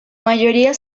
mayoría